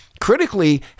critically